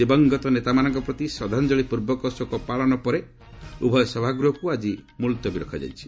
ଦିବଙ୍ଗତ ନେତାମାନଙ୍କ ପ୍ରତି ଶ୍ରଦ୍ଧାଞ୍ଜଳୀ ପୂର୍ବକ ଶୋକ ପାଳନ ପରେ ଉଭୟ ସଭାଗୃହକୁ ଆଜି ମୁଲତବୀ ରଖାଯାଇଛି